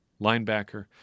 linebacker